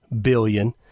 billion